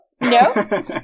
no